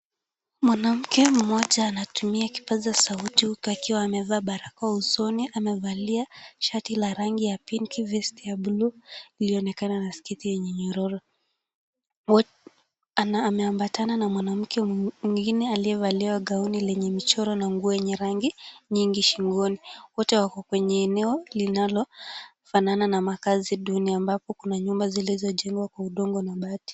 Mwanamke mmoja anatumia kipaza sauti huku akiwa amevaa barakoa usoni, amevalia shati la rangi ya pinki, vesti ya buluu ilionekana na sketi yenye nyororo. Ameambatana na mwanamke mwingine aliyevalia gauni lenye michoro na nguo yenye rangi nyingi shingoni. Wote wako kwenye eneo linalo fanana na makazi duni. Ambapo kuna nyumba zile zilizo jengwa kwa udongo na mabati.